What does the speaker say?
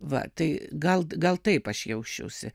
va tai gal gal taip aš jausčiausi